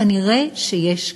כנראה שיש כסף,